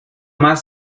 más